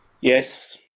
Yes